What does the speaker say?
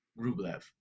Rublev